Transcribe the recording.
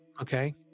okay